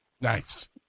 nice